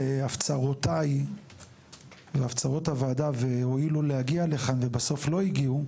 להפצרותיי והפצרות הוועדה והואילו להגיע לכאן ובסוף לא הגיעו,